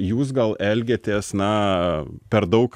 jūs gal elgiatės na per daug